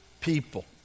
people